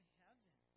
heaven